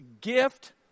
gift